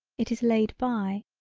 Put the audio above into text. it is laid by.